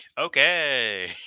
Okay